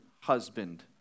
husband